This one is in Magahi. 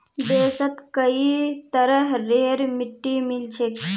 देशत कई तरहरेर मिट्टी मिल छेक